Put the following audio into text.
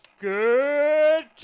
good